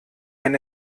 ein